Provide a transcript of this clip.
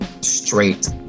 straight